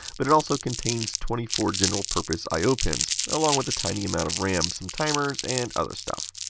but also contains twenty four general purpose i o pins, along with a tiny amount of ram, some timers, and other stuff.